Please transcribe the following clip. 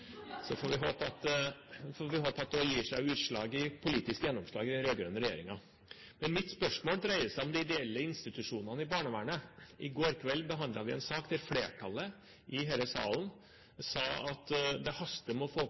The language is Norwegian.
Så får vi håpe at det også gir seg utslag i politiske gjennomslag i den rød-grønne regjeringen. Mitt spørsmål dreier seg om de ideelle institusjonene i barnevernet. I går kveld behandlet vi en sak der flertallet i denne salen sa at det haster med å få